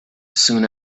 soon